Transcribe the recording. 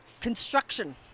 construction